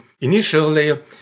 initially